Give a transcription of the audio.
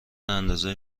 اندازه